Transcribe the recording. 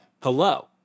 Hello